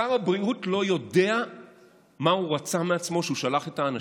שר הבריאות לא ידע מה הוא רצה מעצמו כשהוא שלח את האנשים,